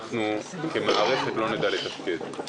אנחנו כמערכת לא נדע לתפקד.